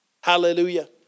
Hallelujah